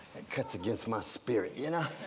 it cuts against my spirit, you know?